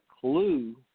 clue